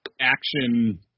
action